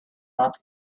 not